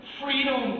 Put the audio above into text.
freedom